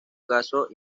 caso